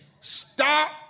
stop